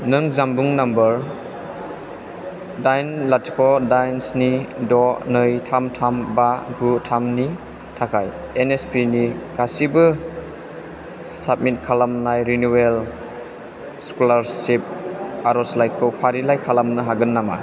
नों जानबुं नाम्बार दाइन लाथिख' दाइन स्नि द' नै थाम थाम बा गु थामनि थाखाय एन एस पि नि गासिबो साबमिट खालामनाय रिनिउयेल स्कलारशिप आर'जलाइखौ फारिलाइ खालामनो हागोन नामा